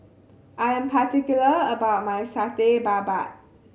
I am particular about my Satay Babat